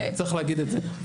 צריך להגיד את זה.